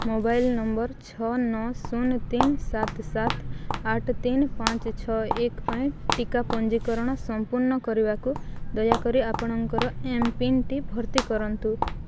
mobile number ଛଅ ନଅ ଶୂନ ତିନି ସାତ ସାତ ଆଠ ତିନି ପାଞ୍ଚ ଛଅ ଏକ ପାଇଁ ଟିକା ପଞ୍ଜୀକରଣ ସଂପୂର୍ଣ୍ଣ କରିବାକୁ ଦୟାକରି ଆପଣଙ୍କର ଏମ୍ପିନ୍ଟି ଭର୍ତ୍ତି କରନ୍ତୁ